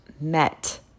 met